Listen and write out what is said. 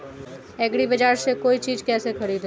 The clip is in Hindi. एग्रीबाजार से कोई चीज केसे खरीदें?